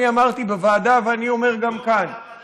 אני אמרתי בוועדה ואני אומר גם כאן,